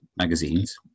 magazines